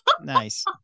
nice